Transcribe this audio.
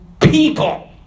people